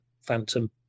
Phantom